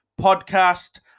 podcast